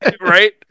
Right